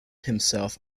himself